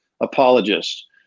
apologists